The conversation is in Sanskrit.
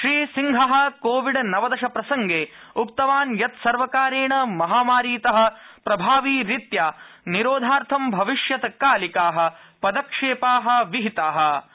श्री राजनाथसिंह कोविड नवदशप्रसंगे उक्तवान् यत् सर्वकारेण महामारीत प्रभाविरीत्या निरोधार्थं भविष्यत्कालिका पदक्षेपा विहिता सन्ति